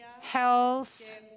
health